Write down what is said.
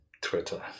Twitter